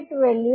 તો પછી શું થશે